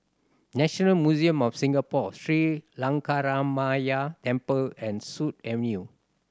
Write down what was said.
National Museum of Singapore Sri Lankaramaya Temple and Sut Avenue